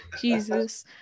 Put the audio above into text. Jesus